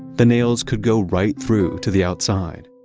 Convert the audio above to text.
the nails could go right through to the outside